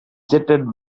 jetted